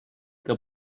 que